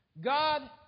God